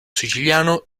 siciliano